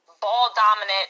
ball-dominant